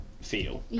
feel